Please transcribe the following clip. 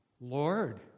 Lord